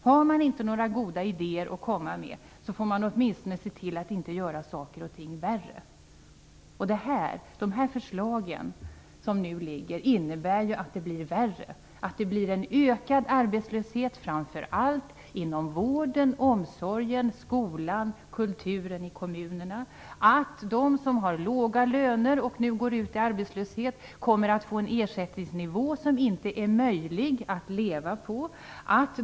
Har man inte några goda idéer att komma med, får man åtminstone se till att inte göra saker och ting värre. De förslag som nu lagts fram innebär att det blir värre. Det blir en ökad arbetslöshet, framför allt inom vården, omsorgen, skolan och kulturen i kommunerna. De som har låga löner och nu går ut i arbetslöshet kommer att få en ersättningsnivå som det inte är möjligt att leva på.